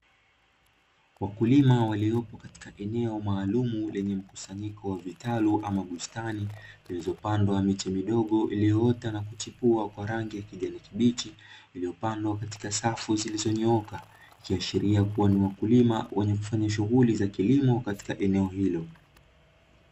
Wakulima waliopo katika eneo maalum lenye mkusanyiko wa vitalu ama bustani, zilizopandwa miti midogo iliyoota na kuchipua kwa rangi ya kijani kibichi, iliyopandwa katika safu zilizonyooka, ikiashiria kuwa ni wakulima wenye kufanya shughuli za kilimo katika eneo hilo.